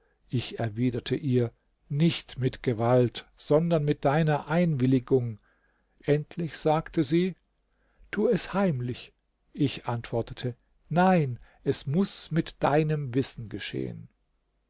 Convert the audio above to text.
ich erwiderte ihr nicht mit gewalt sondern mit deiner einwilligung endlich sagte sie tue es heimlich ich antwortete nein es muß mit deinem wissen geschehen